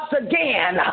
again